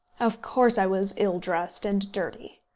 of course i was ill-dressed and dirty.